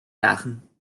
dagen